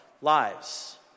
lives